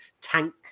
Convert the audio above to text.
tank